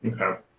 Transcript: Okay